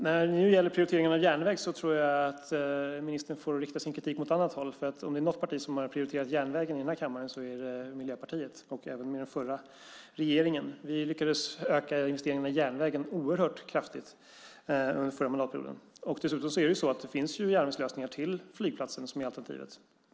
När det gäller prioriteringen av järnväg tror jag att ministern får rikta sin kritik åt annat håll. Om det är något parti i den här kammaren som har prioriterat järnvägen är det Miljöpartiet, även med den förra regeringen. Vi lyckades öka investeringarna i järnvägen oerhört kraftigt under förra mandatperioden. Dessutom finns det järnvägslösningar till flygplatsen som är alternativ.